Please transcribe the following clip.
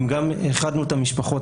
גם איחדנו את המשפחות.